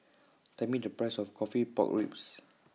Tell Me The Price of Coffee Pork Ribs